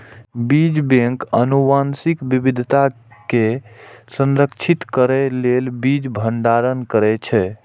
बीज बैंक आनुवंशिक विविधता कें संरक्षित करै लेल बीज भंडारण करै छै